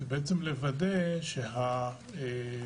זה בעצם לוודא שהתשואה